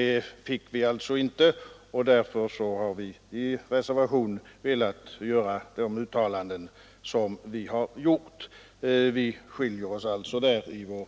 Det kravet fick vi alltså inte igenom, och därför har vi i en reservation velat göra de uttalanden som vi nu har gjort. Uppfattningarna skiljer sig alltså på denna